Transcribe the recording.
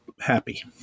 happy